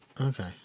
Okay